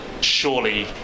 surely